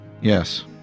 Yes